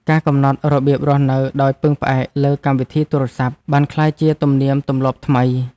ការកំណត់របៀបរស់នៅដោយពឹងផ្អែកលើកម្មវិធីទូរសព្ទ បានក្លាយជាទំនៀមទម្លាប់ថ្មី។